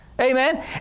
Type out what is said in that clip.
Amen